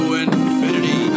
infinity